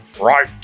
Right